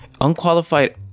unqualified